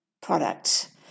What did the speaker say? product